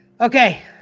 Okay